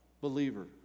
believer